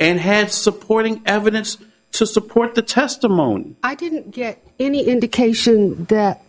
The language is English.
and have supporting evidence to support the testimony i didn't get any indication that